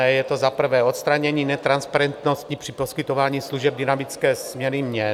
Je to za prvé odstranění netransparentnosti při poskytování služeb dynamické směny měn.